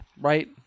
Right